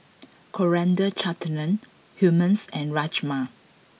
Coriander Chutney Hummus and Rajma